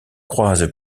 croise